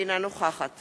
אינה נוכחת